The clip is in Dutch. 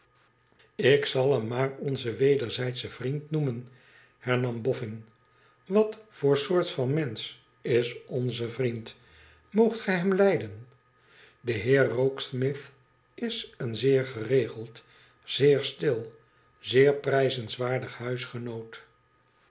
ik zal hem maar onzen wederzijdschen vriend noemen hernam bofhn wat voor soort van mensch is onze vriend moogtgij hem lijden de heer rokesmith is een zeer geregeld zeer stil zeer prijzenwaardig huisgenoot